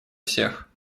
всех